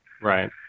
right